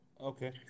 Okay